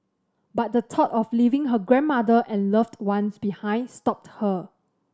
but the thought of leaving her grandmother and loved ones behind stopped her